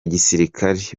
gisirikari